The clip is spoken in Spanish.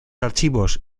archivos